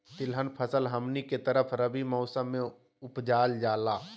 तिलहन फसल हमनी के तरफ रबी मौसम में उपजाल जाला